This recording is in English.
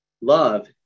Love